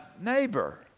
neighbor